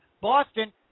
Boston